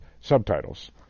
subtitles